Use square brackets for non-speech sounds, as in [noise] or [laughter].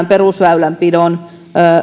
[unintelligible] perusväylänpidon